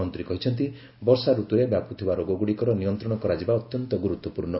ମନ୍ତ୍ରୀ କହିଛନ୍ତି ବର୍ଷାରତ୍ରରେ ବ୍ୟାପ୍ରଥିବା ରୋଗଗ୍ରଡ଼ିକର ନିୟନ୍ତ୍ରଣ କରାଯିବା ଅତ୍ୟନ୍ତ ଗୁରୁତ୍ୱପୂର୍ଣ୍ଣ